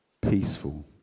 peaceful